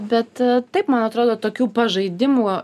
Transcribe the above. bet taip man atrodo tokių pažaidimų